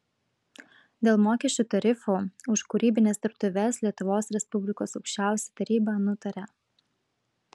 dėl mokesčių tarifų už kūrybines dirbtuves lietuvos respublikos aukščiausioji taryba nutaria